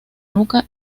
nuca